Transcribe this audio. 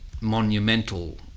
monumental